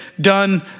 done